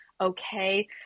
okay